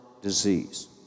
disease